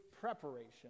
preparation